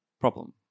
problem